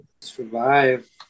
Survive